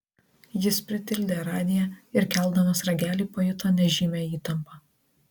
jis pritildė radiją ir keldamas ragelį pajuto nežymią įtampą